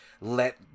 let